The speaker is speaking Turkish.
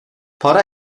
para